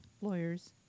lawyers